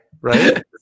right